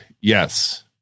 yes